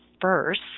first